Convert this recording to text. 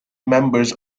members